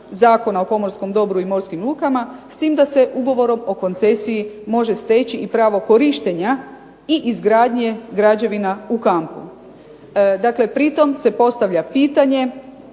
Zakona o pomorskom dobru i morskim lukama s tim da se ugovorom o koncesiji može steći i pravo korištenja i izgradnje građevina u kampu. Dakle, pritom se postavlja pitanje